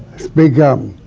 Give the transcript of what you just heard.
speak up,